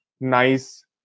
nice